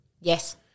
Yes